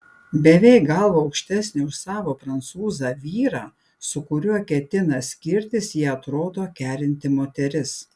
beveik galva aukštesnė už savo prancūzą vyrą su kuriuo ketina skirtis ji atrodo kerinti moteris